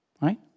right